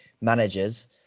managers